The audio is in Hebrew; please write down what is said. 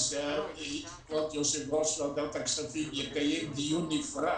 שכבוד יושב-ראש ועדת הכספים יקיים דיון נפרד